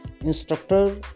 Instructor